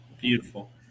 Beautiful